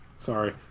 Sorry